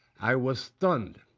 i was stunned